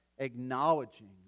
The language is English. Acknowledging